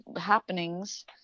happenings